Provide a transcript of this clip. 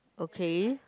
okay